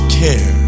care